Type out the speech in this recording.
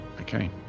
okay